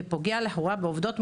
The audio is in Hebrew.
כי פוגע בעובדות,